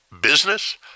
business